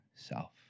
self